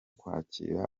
kwakira